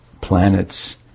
Planets